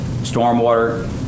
stormwater